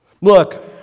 Look